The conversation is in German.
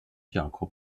jakob